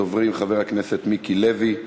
ראשון הדוברים, חבר הכנסת מיקי לוי,